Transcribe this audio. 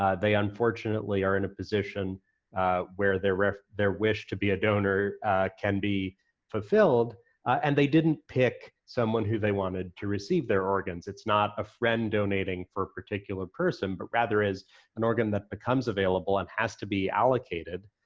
they unfortunately are in a position where their wish their wish to be a donor can be fulfilled and they didn't pick someone who they wanted to receive their organs. it's not a friend donating for a particular person, but rather as an organ that becomes available and has to be allocated.